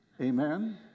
Amen